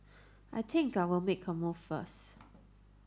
I think I will make a move first